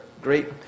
great